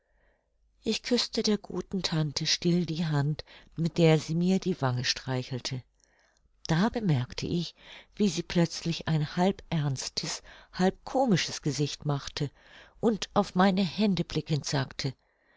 ich küßte der guten tante still die hand mit der sie mir die wange streichelte da bemerkte ich wie sie plötzlich ein halb ernstes halb komisches gesicht machte und auf meine hände blickend sagte